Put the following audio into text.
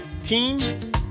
Team